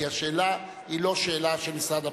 כי השאלה היא לא שאלה של משרד הפנים.